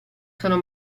sono